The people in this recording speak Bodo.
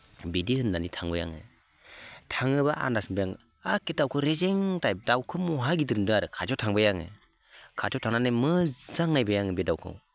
बिदि होननानै थांबाय आङो थाङोबा आन्दाज मोनबाय आं एक्के दाउखो रेजें टाइप दाउखो महा गिदिर नुदों आरो खाथियाव थांबाय आङो खाथियाव थांनानै मोजां नायबाय आं बे दाउखौ